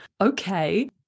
Okay